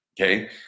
okay